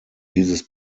dieses